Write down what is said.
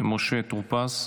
משה טור-פז,